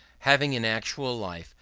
having, in actual life,